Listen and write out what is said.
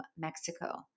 Mexico